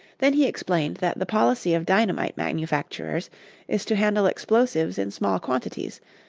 then he explained that the policy of dynamite manufacturers is to handle explosives in small quantities,